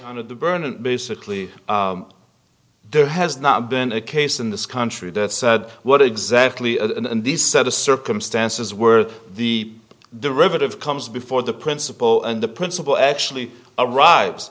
under the burnet basically there has not been a case in this country that said what exactly and this set of circumstances where the derivative comes before the principal and the principal actually arrives